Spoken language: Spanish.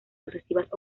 sucesivas